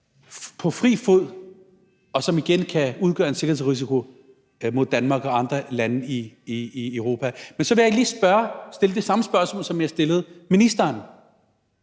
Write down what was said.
på fri fod, som igen kan udgøre en sikkerhedsrisiko mod Danmark og andre lande i Europa. Men jeg vil så lige stille det samme spørgsmål, som jeg stillede ministeren.